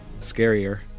scarier